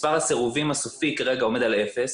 מספר הסירובים הסופי כרגע עומד על אפס.